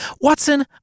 Watson